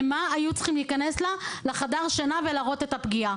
למה היו צריכים להיכנס לה לחדר השינה ולהראות את הפגיעה?